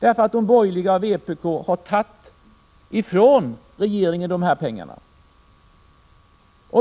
därför att de borgerliga och vpk har tagit ifrån regeringen dessa pengar.